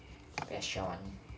fashion